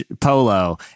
polo